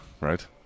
right